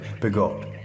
begot